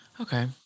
Okay